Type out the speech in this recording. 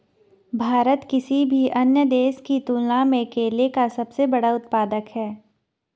भारत किसी भी अन्य देश की तुलना में केले का सबसे बड़ा उत्पादक है